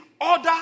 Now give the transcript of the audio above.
order